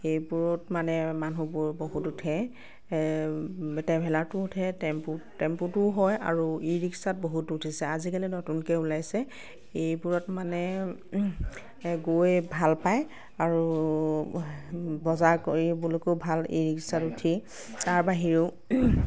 এইবোৰত মানে মানুহবোৰ বহুত উঠে ট্ৰেভেলাৰতো উঠে টেম্পো টেম্পোটো হয় আৰু ই ৰিক্সাত বহুত উঠিছে আজিকালি নতুনকৈ ওলাইছে এইবোৰত মানে গৈ ভাল পায় আৰু বজাৰ কৰিবলৈকো ভাল ই ৰিক্সাত উঠি তাৰ বাহিৰেও